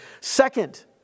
Second